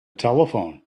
telephone